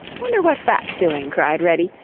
wonder what fat's doing? cried reddy.